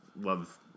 love